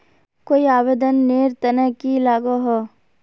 कोई आवेदन नेर तने की लागोहो?